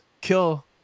kill